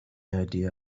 idea